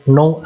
no